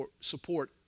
support